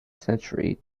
century